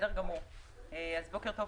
בוקר טוב.